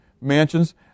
mansions